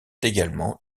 également